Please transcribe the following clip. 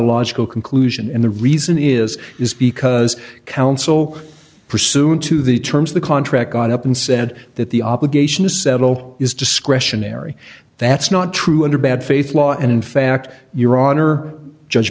logical conclusion and the reason is is because counsel pursuant to the terms of the contract got up and said that the obligation to settle is discretionary that's not true under bad faith law and in fact your honor judge